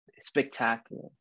spectacular